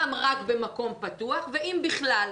גם כן רק במקום פתוח, אם בכלל.